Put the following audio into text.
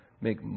make